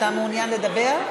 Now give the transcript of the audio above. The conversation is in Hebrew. אתה מעוניין לדבר?